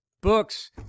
Books